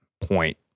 point